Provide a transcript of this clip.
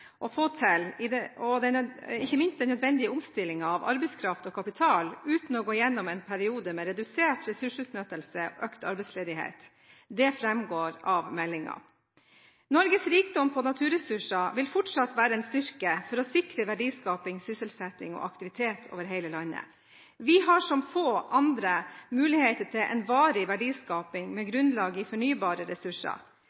å få til, ikke minst den nødvendige omstillingen av arbeidskraft og kapital, uten å gå igjennom en periode med redusert ressursutnyttelse og økt arbeidsledighet. Det framgår av meldingen. Norges rikdom på naturressurser vil fortsatt være en styrke for å sikre verdiskaping, sysselsetting og aktivitet over hele landet. Vi har som få andre muligheter til en varig verdiskaping med